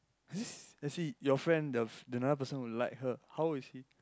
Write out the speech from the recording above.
he's is he your friend the f~ the another person who like her how old is he